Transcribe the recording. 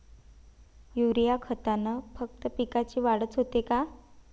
Urea खतानं फक्त पिकाची वाढच होते का?